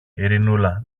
ειρηνούλα